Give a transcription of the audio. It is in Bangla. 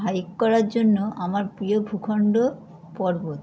হাইক করার জন্য আমার প্রিয় ভূখণ্ড পর্বত